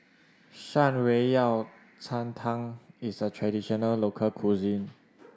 Shan Rui Yao Cai Tang is a traditional local cuisine